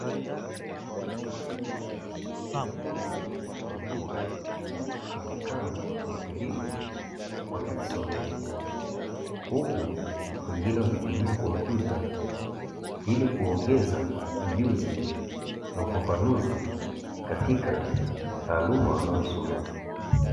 Wanafunzi wa vyuo wamekaa kwa utulivu wakijisomea huku wengine wakitumia kompyuta ili kuongeza ujuzi na ufafanuzi katika taaluma wanayosomea.